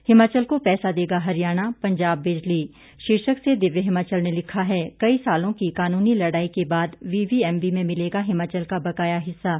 हिमाचल को पैसा देगा हरियाणा पंजाब बिजली शीर्षक से दिय हिमाचल ने लिखा है कई सालों की कानूनी लड़ाई के बाद वीवीएमबी में मिलेगा हिमाचल का बकाया हिस्सा